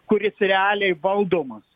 kuris realiai valdomas